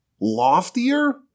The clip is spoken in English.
loftier